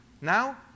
now